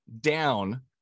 down